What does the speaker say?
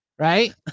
Right